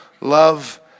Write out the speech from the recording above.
love